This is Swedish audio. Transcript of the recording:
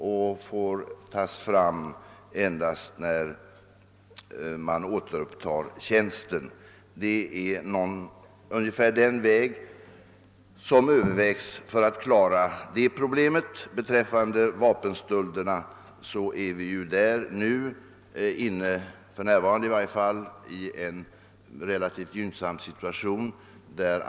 Denna del av vapnet skall man endast få ta fram när tjänsten återupptas. Det är ungefär detta sätt att klara problemet som man nu överväger. Beträffande vapenstölderna befinner vi oss för närvarande i en relativt gynnsam situation.